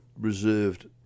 reserved